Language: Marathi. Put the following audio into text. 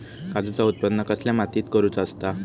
काजूचा उत्त्पन कसल्या मातीत करुचा असता?